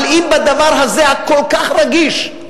אבל אם בדבר הזה, הכל-כך רגיש,